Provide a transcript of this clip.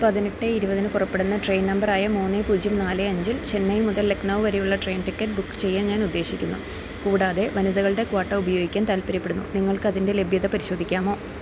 പതിനെട്ട് ഇരുപതിന് പുറപ്പെടുന്ന ട്രെയിൻ നമ്പറായ മൂന്ന് പൂജ്യം നാല് അഞ്ചിൽ ചെന്നൈ മുതൽ ലക്നൗ വരെയുള്ള ട്രെയിൻ ടിക്കറ്റ് ബുക്ക് ചെയ്യാൻ ഞാൻ ഉദ്ദേശിക്കുന്നു കൂടാതെ വനിതകളുടെ ക്വാട്ട ഉപയോഗിക്കാൻ താൽപ്പര്യപ്പെടുന്നു നിങ്ങൾക്കതിൻ്റെ ലഭ്യത പരിശോധിക്കാമോ